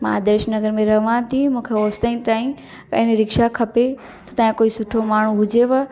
मां आदर्श नगर में रहां थी मूंखे होसिताईं एनी रिक्शा खपे त तव्हां कोई सुठो माण्हू हुजेव